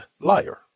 liar